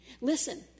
Listen